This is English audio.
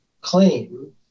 claim